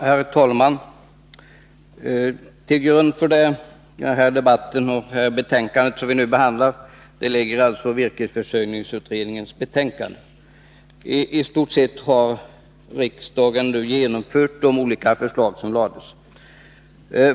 Herr talman! Till grund för den här debatten och det betänkande som vi nu behandlar ligger virkesförsörjningsutredningens betänkande. I stort sett har riksdagen nu genomfört de olika förslag som där lades fram.